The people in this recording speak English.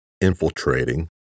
infiltrating